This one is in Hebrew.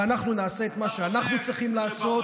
ואנחנו נעשה את מה שאנחנו צריכים לעשות.